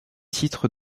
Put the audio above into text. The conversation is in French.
titre